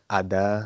ada